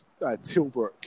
Tilbrook